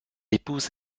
épouse